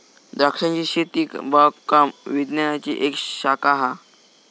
द्रांक्षांची शेती बागकाम विज्ञानाची एक शाखा हा